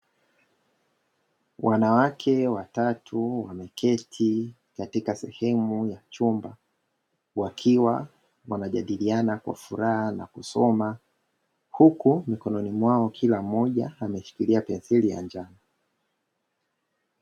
Wanawake watatu wameketi katika sehemu ya chumba, wakiwa wanajadiliana kwa furaha na kusoma, huku mikononi mwao kila mmoja ameshikilia penseli ya njano.